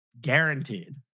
Guaranteed